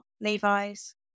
Levi's